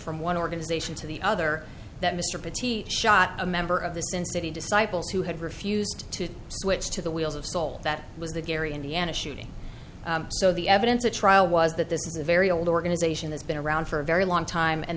from one organization to the other that mr pitts he shot a member of the sin city disciples who had refused to switch to the wheels of soul that was the gary indiana shooting so the evidence at trial was that this is a very old organization that's been around for a very long time and